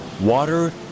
Water